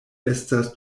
estas